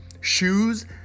Shoes